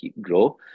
grow